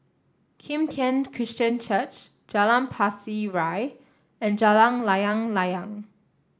Kim Tian Christian Church Jalan Pasir Ria and Jalan Layang Layang